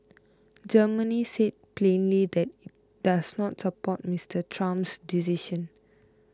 Germany said plainly that does not support Mr Trump's decision